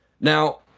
Now